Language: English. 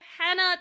Hannah